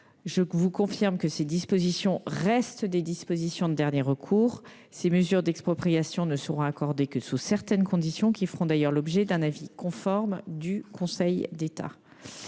Je confirme que ces dispositions restent de dernier recours : ces mesures d'expropriation ne seront accordées que sous certaines conditions, qui feront d'ailleurs l'objet d'un avis conforme du Conseil d'État.